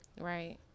right